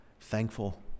thankful